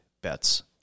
bets